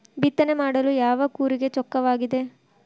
ಬಿತ್ತನೆ ಮಾಡಲು ಯಾವ ಕೂರಿಗೆ ಚೊಕ್ಕವಾಗಿದೆ?